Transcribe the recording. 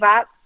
up